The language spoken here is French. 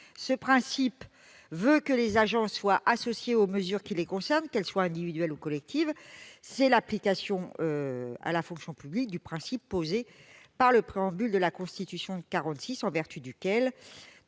Ce principe veut que les agents soient associés aux mesures qui les concernent, que celles-ci soient individuelles ou collectives. Il est l'application à la fonction publique du principe posé par le préambule de la Constitution de 1946, en vertu duquel